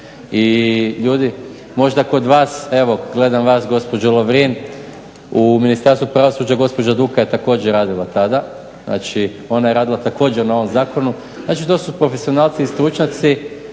I možda kod vas evo gledam vas gospođo Lovrin u Ministarstvu pravosuđa gospođa Duka je također radila tada, znači ona je radila također na ovom zakonu. To su profesionalci i stručnjaci